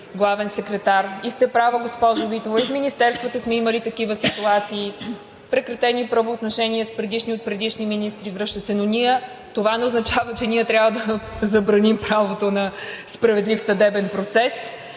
главен секретар. И сте права, госпожо Митева, и в министерствата сме имали такива ситуации – прекратени правоотношения с предишни от предишни министри, връщат се, но това не означава, че ние трябва да забраним правото на справедлив съдебен процес